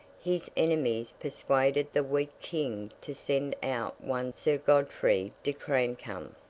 his enemies persuaded the weak king to send out one sir godfrey de crancumb,